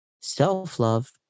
Self-love